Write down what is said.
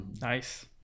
nice